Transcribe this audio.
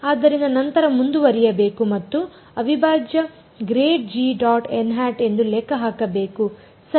ಆದ್ದರಿಂದ ನಂತರ ಮುಂದುವರಿಯಬೇಕು ಮತ್ತು ಅವಿಭಾಜ್ಯ ಎಂದು ಲೆಕ್ಕ ಹಾಕಬೇಕು ಸರಿ